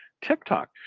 TikTok